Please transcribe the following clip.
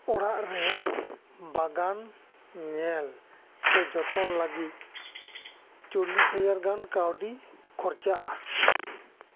ᱚᱲᱟᱜ ᱨᱮ ᱵᱟᱜᱟᱱ ᱧᱮᱞ ᱥᱮ ᱡᱚᱛᱚᱱ ᱞᱟᱹᱜᱤᱫ ᱪᱚᱞᱞᱤᱥ ᱦᱟᱡᱟᱨ ᱜᱟᱱ ᱠᱟᱹᱣᱰᱤ ᱠᱷᱚᱨᱪᱟᱜᱼᱟ